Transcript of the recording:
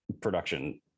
production